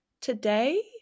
today